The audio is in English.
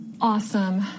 Awesome